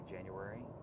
January